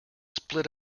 split